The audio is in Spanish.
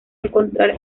encontrar